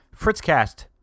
Fritzcast